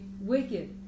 wicked